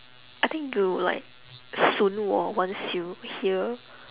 I think you'll like 损我 once you hear